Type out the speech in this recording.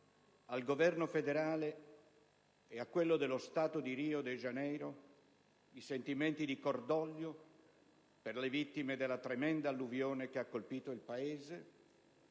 al Governo federale e a quello dello Stato di Rio de Janeiro i sentimenti di cordoglio per le vittime della tremenda alluvione che ha colpito il Paese